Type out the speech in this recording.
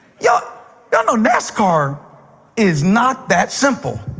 yeah y'all know nascar is not that simple.